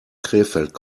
krefeld